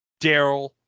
Daryl